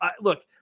look